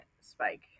spike